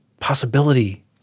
possibility